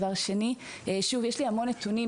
יש לי הרבה נתונים,